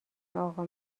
اقا